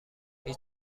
هیچ